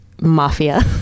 mafia